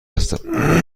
هستم